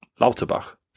Lauterbach